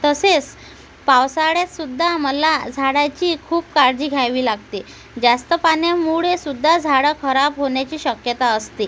तसेच पावसाळ्यातसुद्धा मला झाडाची खूप काळजी घ्यावी लागते जास्त पाण्यामुळेसुद्धा झाडं खराब होण्याची शक्यता असते